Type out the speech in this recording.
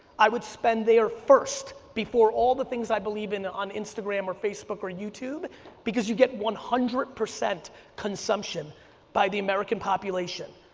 i would spend there first before all the things i believe in on instagram or facebook or youtube because you get one hundred percent consumption by the american population.